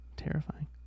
terrifying